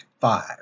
five